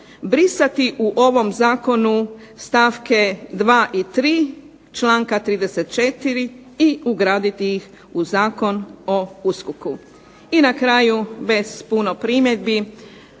brisati u ovom zakonu stavke 2. i 3. članka 34. i ugraditi iz u Zakon o USKOK-u. I na kraju bez puno primjedbi,